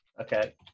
Okay